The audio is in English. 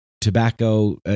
tobacco